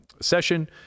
session